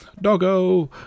doggo